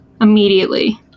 immediately